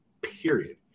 period